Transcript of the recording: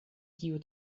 kiu